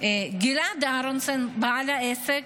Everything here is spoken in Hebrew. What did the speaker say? גלעד אהרונסון, בעל העסק,